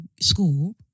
school